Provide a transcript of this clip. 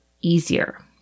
easier